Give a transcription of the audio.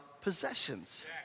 possessions